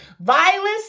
violence